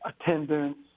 attendance